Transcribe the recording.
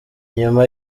nyuma